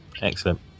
Excellent